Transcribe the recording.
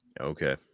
Okay